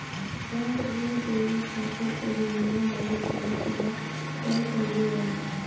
bank ऋण देवे खातिर एगो नियम अउरी समय सीमा तय कईले बा